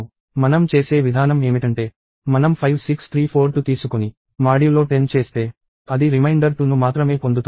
మనం చేసే విధానం ఏమిటంటే మనం 56342 తీసుకొని మాడ్యులో 10 చేస్తే అది రిమైండర్ 2 ను మాత్రమే పొందుతాము